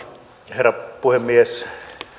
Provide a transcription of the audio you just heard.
herra puhemies